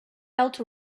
felt